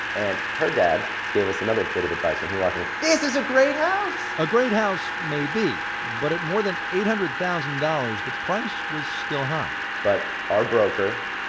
and her dad gave us another bit of advice when he walked in, this is a great house a great house maybe, but at more than eight hundred thousand dollars, the price was still high but our broker,